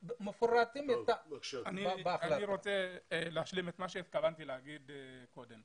אני רוצה להשלים את מה שהתכוונתי לומר קודם.